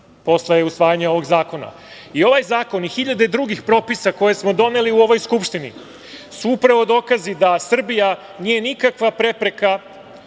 posle usvajanja ovog zakona.I ovaj zakon i hiljade drugih propisa koje smo doneli u ovoj Skupštini su upravo dokazi da Srbija nije nikakva prepreka